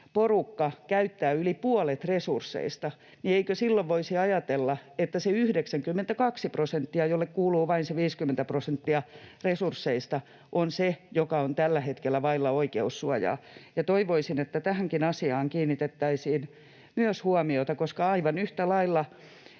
porukka käyttää yli puolet resursseista, niin eikö silloin voisi ajatella, että se 92 prosenttia, jolle kuuluu vain se 50 prosenttia resursseista, on se, joka on tällä hetkellä vailla oikeussuojaa? Toivoisin, että tähänkin asiaan kiinnitettäisiin myös huomiota, koska aivan yhtä lailla